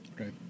Okay